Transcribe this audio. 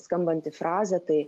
skambanti frazė tai